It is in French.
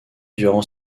durant